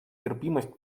терпимость